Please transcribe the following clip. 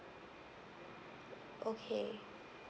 okay